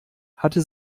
hatte